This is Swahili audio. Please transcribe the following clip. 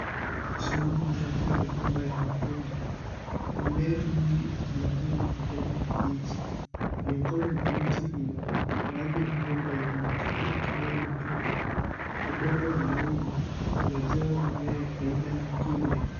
Shamba lililojaa migomba ya matunda. Mimea mingi yenye majani ya kijani kibichi. Miongoni mwa miti hii, baadhi ya migomba inaonekana ikilea matunda. Udongo ni laini na unajaa mimea aina nyingine.